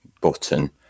button